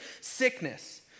sickness